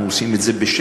אנחנו עושים את זה בשקט,